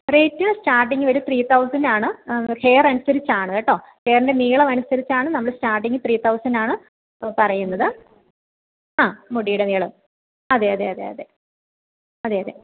rate starting ഒരു three thousand ആണ് hair അനുസരിച്ചാണ് കേട്ടോ ഹെയറിൻ്റെ നീളം അനുസരിച്ചാണ് നമ്മൾ സ്റ്റാർട്ടിംഗ് ത്രീ തൗസണ്ട് ആണ് പറയുന്നത് ആ മുടിയുടെ നീളം അതെയതെയതെയതെ അതെയതെ